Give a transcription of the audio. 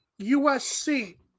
USC